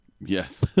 Yes